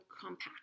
compact